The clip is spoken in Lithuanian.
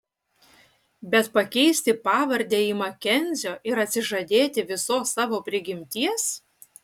bet pakeisti pavardę į makenzio ir atsižadėti visos savo prigimties